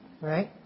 right